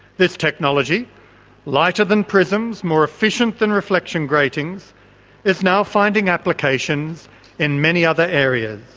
this technology lighter than prisms, more efficient than reflection gratings is now finding applications in many other areas.